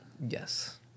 Yes